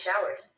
showers